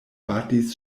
batis